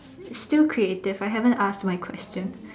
still creative I haven't asked my question